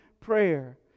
prayer